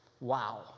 Wow